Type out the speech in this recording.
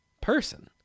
person